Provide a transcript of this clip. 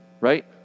right